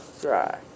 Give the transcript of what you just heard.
dry